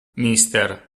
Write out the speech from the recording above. mister